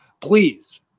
please